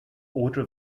order